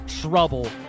trouble